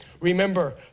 Remember